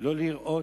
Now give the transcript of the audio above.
לא לראות,